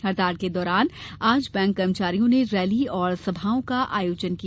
हड़ताल के दौरान आज बैंककर्मियों ने रैली और सभाओं का आयोजन किया